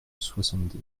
soixante